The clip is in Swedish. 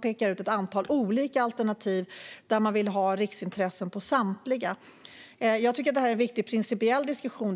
pekar man ut ett antal olika alternativ och vill att samtliga ska vara av riksintresse. Jag tycker att det här är en viktig principiell diskussion.